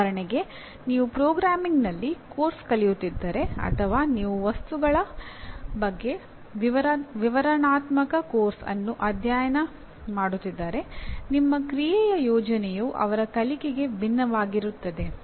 ಉದಾಹರಣೆಗೆ ನೀವು ಪ್ರೋಗ್ರಾಮಿಂಗ್ನಲ್ಲಿ ಪಠ್ಯಕ್ರಮ ಕಲಿಯುತ್ತಿದ್ದರೆ ಅಥವಾ ನೀವು ವಸ್ತುಗಳ ಬಗ್ಗೆ ವಿವರಣಾತ್ಮಕ ಪಠ್ಯಕ್ರಮವನ್ನು ಅಧ್ಯಯನ ಮಾಡುತ್ತಿದ್ದರೆ ನಿಮ್ಮ ಕ್ರಿಯೆಯ ಯೋಜನೆಯು ಅವರ ಕಲಿಕೆಗೆ ವಿಭಿನ್ನವಾಗಿರುತ್ತದೆ